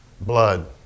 blood